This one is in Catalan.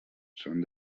són